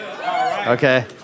Okay